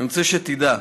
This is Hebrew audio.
אני רוצה שתדע,